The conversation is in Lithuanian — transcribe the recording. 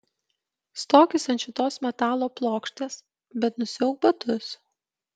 stokis ant šitos metalo plokštės bet nusiauk batus